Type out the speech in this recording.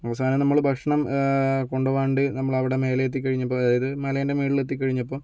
അവസാനം നമ്മള് ഭക്ഷണം കൊണ്ട് പോകാണ്ട് നമ്മള് അവിടെ മേലെ എത്തി കഴിഞ്ഞപ്പോൾ അതായത് മലേൻ്റെ മേളിൽ എത്തിക്കഴിഞ്ഞപ്പോൾ